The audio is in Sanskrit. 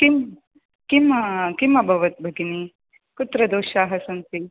किं किं किम् अभवत् भगिनि कुत्र दोषाः सन्ति